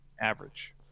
average